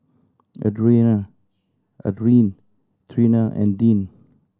Adrienne Trina and Deane